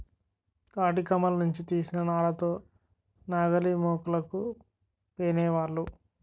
తాటికమ్మల నుంచి తీసిన నార తో నాగలిమోకులను పేనేవాళ్ళు